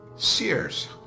Sears